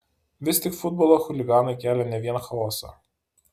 vis tik futbolo chuliganai kelia ne vien chaosą